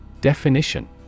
Definition